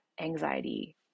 anxiety